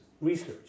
research